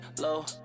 low